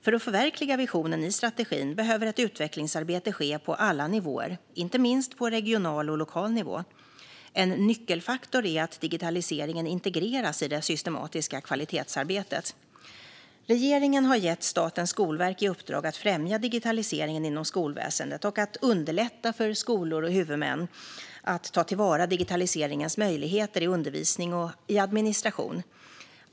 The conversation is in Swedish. För att förverkliga visionen i strategin behöver ett utvecklingsarbete ske på alla nivåer, inte minst på regional och lokal nivå. En nyckelfaktor är att digitaliseringen integreras i det systematiska kvalitetsarbetet. Regeringen har gett Statens skolverk i uppdrag att främja digitaliseringen inom skolväsendet och att underlätta för skolor och huvudmän att ta till vara digitaliseringens möjligheter i undervisning och i administration.